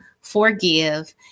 forgive